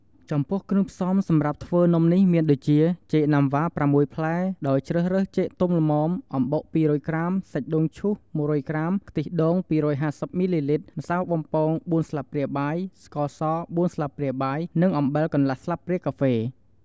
ចំពោះគ្រឿងផ្សំសម្រាប់ធ្វើនំនេះមានដូចជា ចេកណាំវ៉ា ៦ ផ្លែ ដោយជ្រើសរើសចេកទុំល្មម,អំបុក ២០០ ក្រាម,សាច់ដូងឈូស ១០០ ក្រាម,ខ្ទិះដូង ២៥០ មីលីលីត្រ, ម្សៅបំពង ៤ ស្លាបព្រាបាយ, ស្ករស ៤ ស្លាបព្រាបាយ, និងអំបិលកន្លះស្លាបព្រាកាហ្វេ ។